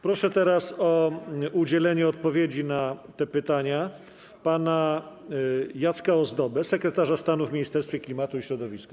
Proszę teraz o udzielenie odpowiedzi na te pytanie pana Jacka Ozdobę, sekretarza stanu w Ministerstwie Klimatu i Środowiska.